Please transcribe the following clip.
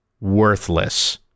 worthless